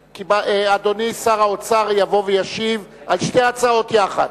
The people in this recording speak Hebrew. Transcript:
אדוני שר האוצר יבוא וישיב על שתי ההצעות יחד.